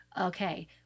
okay